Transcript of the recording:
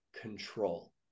control